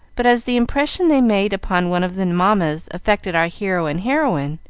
but as the impression they made upon one of the mammas affected our hero and heroine,